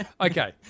Okay